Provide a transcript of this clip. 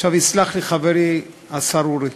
יסלח לי חברי השר אורי,